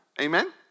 Amen